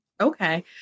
Okay